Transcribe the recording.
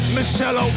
Michelle